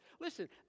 Listen